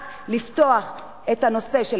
רק לפתוח את הנושא של,